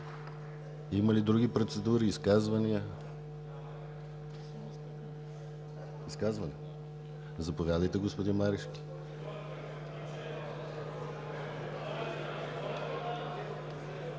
Има ли други процедури, изказвания? Изказване – заповядайте, господин Марешки.